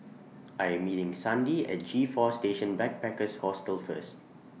I Am meeting Sandi At G four Station Backpackers Hostel First